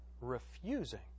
refusing